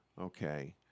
Okay